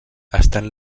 estan